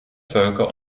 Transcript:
völker